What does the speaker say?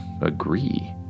agree